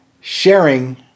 Sharing